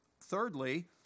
thirdly